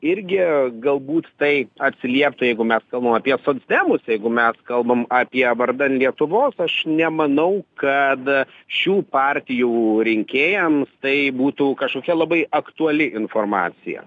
irgi galbūt tai atsilieptų jeigu mes kalbam apie socdemus jeigu mes kalbam apie vardan lietuvos aš nemanau kad šių partijų rinkėjams tai būtų kažkokia labai aktuali informacija